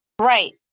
Right